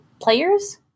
players